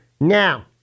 Now